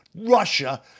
Russia